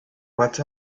what